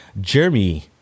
Jeremy